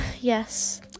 yes